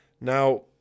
Now